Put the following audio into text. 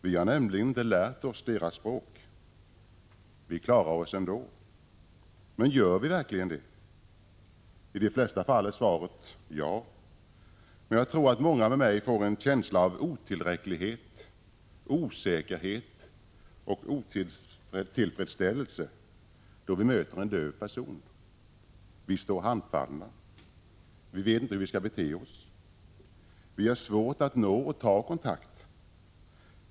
Vi har nämligen inte lärt oss deras språk. Vi klarar oss ändå. Men gör vi verkligen det? I de flesta fall är svaret ja. Men jag tror att många med mig får en känsla av otillräcklighet, osäkerhet och otillfredsställelse då vi möter en döv person. Vi står handfallna. Vi vet inte hur vi skall bete oss. Vi har svårt att nå och ta kontakt.